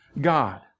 God